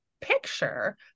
picture